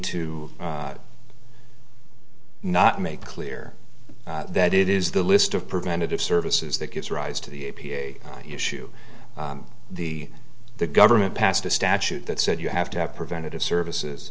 to not make clear that it is the list of preventative services that gives rise to the a p a issue the the government passed a statute that said you have to have preventative services